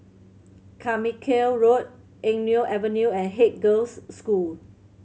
Carmichael Road Eng Neo Avenue and Haig Girls' School